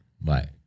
bye